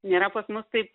nėra pas mus taip